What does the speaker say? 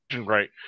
right